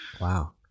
Wow